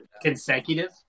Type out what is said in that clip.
consecutive